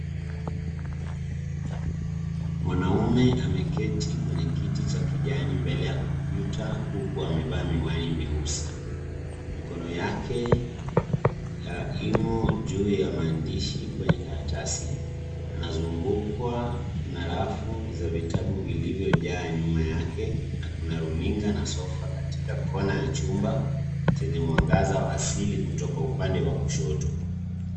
Mwanaume ameketi kwenye kiti cha kijani mbele ya kompyuta huku amevaa miwani meusi. Mikono yake imo juu ya maandishi kwenye karatasi. Anazungukwa na rafu za vitabu vilivyojaa nyuma yake na kuna runinga na sofa katika kona ya chumba chenye mwangaza asili kutoka upande wa kushoto.